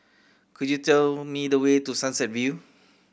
could you tell me the way to Sunset View